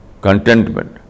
contentment